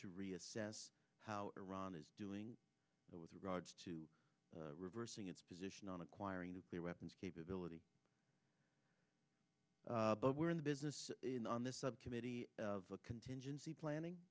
to reassess how iran is doing with regards to reversing its position on acquiring nuclear weapons capability but we're in the business on this subcommittee of contingency planning